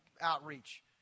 outreach